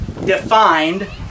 defined